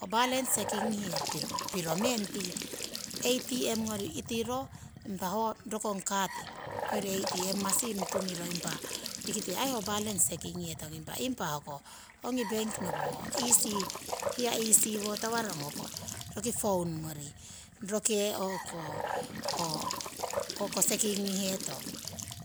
Ho balance sekingihe piro meng tii atm ngori itiro impa ho rokong kati hoyori atm masin tungiro impa tikite aii ho balance sekingihetong. Impa hoko ongi bank nopo easy hiya easy wo tawarong hoko roki phone ngori roke o'ko sekingihetong,